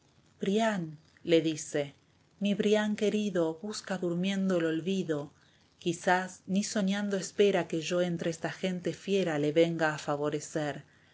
brian dice mi brian querido busca durmiendo el olvido quizá ni soñando espera que yo entre esta gente fiera le venga a favorecer